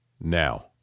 Now